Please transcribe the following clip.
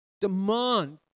Demand